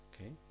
Okay